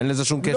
אין לזה שום קשר.